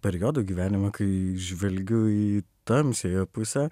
periodų gyvenime kai žvelgiu į tamsiąją pusę